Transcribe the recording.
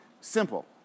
Simple